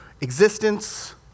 existence